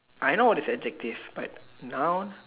I know what is adjective but noun